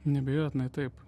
neabejotinai taip